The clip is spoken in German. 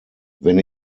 wenn